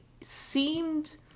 seemed